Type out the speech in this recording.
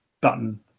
button